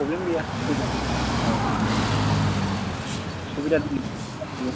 problem गैया फैजागोन औ सुबिदा दंजोबो गासिबो